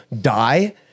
die